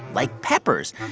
like peppers.